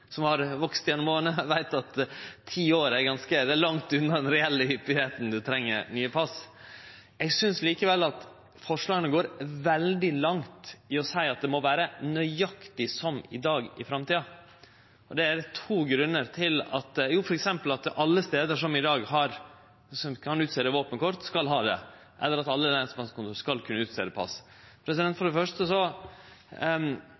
som har vakse gjennom åra, veit at ti år er langt unna den reelle hyppigheita med tanke på når ein treng nye pass. Eg synest likevel at forslaga går veldig langt i å seie at det må vere nøyaktig som i dag i framtida, f.eks. at alle stader som i dag kan skrive ut våpenkort, skal kunne gjere det, eller at alle lensmannskontor skal kunne skrive ut pass.